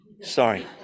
sorry